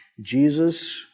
Jesus